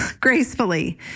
gracefully